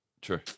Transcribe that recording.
True